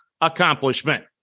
accomplishment